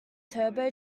turbo